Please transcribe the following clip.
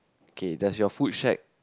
K does your food shack